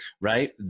right